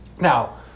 Now